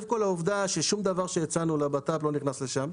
העובדה שום דבר ממה שהצענו לבט"פ לא נכנס לשם.